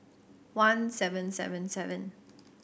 one seven seven seven